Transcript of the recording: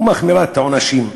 ומחמירה את העונשים.